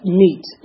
meat